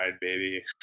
baby